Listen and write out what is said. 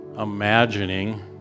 imagining